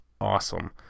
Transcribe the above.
awesome